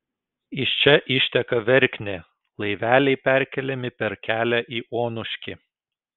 iš čia išteka verknė laiveliai perkeliami per kelią į onuškį